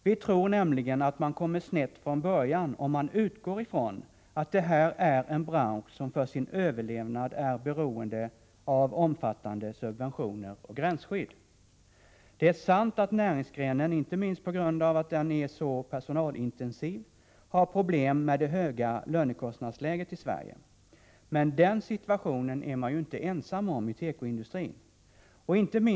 Vi tror att man kommer snett från början om man utgår ifrån att teko är en bransch som för sin överlevnad är beroende av omfattande subventioner och gränsskydd. Det är sant att näringsgrenen, inte minst på grund av att den är så personalintensiv, har problem med det höga lönekostnadsläget i Sverige. Men den situationen är inte tekoindustrin ensam om.